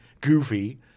goofy